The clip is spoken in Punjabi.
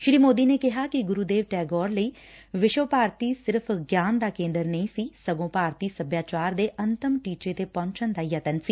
ਸ੍ਰੀ ਮੋਦੀ ਨੇ ਕਿਹਾ ਕਿ ਗੁਰੂ ਦੇਵ ਟੈਗੋਰ ਲਈ ਵਿਸ਼ਵ ਭਾਰਤੀ ਸਿਰਫ਼ ਗਿਆਨ ਦਾ ਕੇਦਰ ਨਹੀ ਸੀ ਸਗੋ ਭਾਰਤੀ ਸਭਿਆਚਾਰ ਦੇ ਅੰਤਮ ਟੀਚੇ ਤੇ ਪਹੁੰਚਣ ਦਾ ਯਤਨ ਸੀ